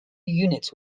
units